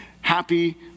Happy